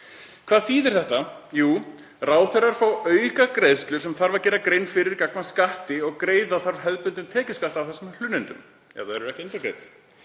Hvað þýðir þetta? Jú, ráðherrar fá aukagreiðslur sem þarf að gera grein fyrir gagnvart skatti og greiða þarf hefðbundinn tekjuskatt af þessum hlunnindum ef þau eru ekki endurgreidd.